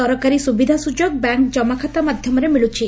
ସରକାରୀ ସୁବିଧା ସୁଯୋଗ ବ୍ୟାଙ୍କ ଜମାଖାତା ମାଧ୍ଧମରେ ମିଳୁଛି